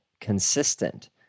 consistent